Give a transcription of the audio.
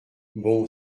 bon